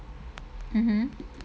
mmhmm